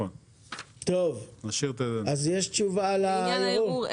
יש תשובה לעניין הערעור?